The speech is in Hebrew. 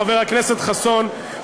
חבר הכנסת חסון,